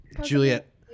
Juliet